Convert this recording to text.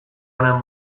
honen